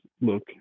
look